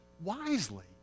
wisely